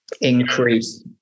increase